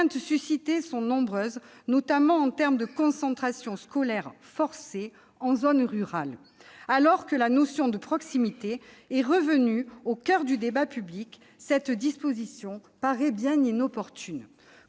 craintes suscitées sont nombreuses, notamment en termes de concentration scolaire « forcée » en zone rurale. Alors que la notion de proximité est revenue au coeur du débat public, cette disposition paraît bien inopportune.